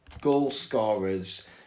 goal-scorers